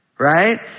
Right